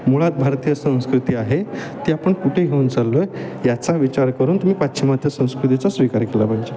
मुळात भारतीय संस्कृती आहे ती आपण कुठे घेऊन चाललो आहे याचा विचार करून तुम्ही पाश्चिमात्य संस्कृतीचा स्वीकार केला पाहिजे